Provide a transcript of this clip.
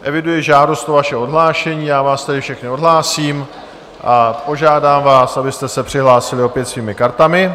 Eviduji žádost o vaše odhlášení, já vás tedy všechny odhlásím a požádám vás, abyste se přihlásili opět svými kartami.